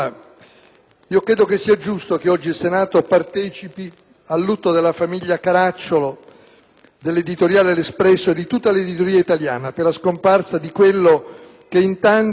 credo sia giusto che oggi il Senato partecipi al lutto della famiglia Caracciolo, dell'editoriale «L'Espresso» e di tutta l'editoria italiana per la scomparsa di quello che in tanti